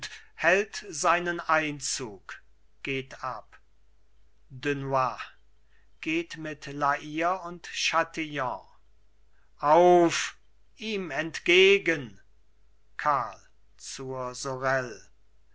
hält seinen einzug geht ab dunois geht mit la hire und chatillon auf ihm entgegen karl zur sorel